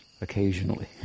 occasionally